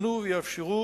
שיכוונו ויאפשרו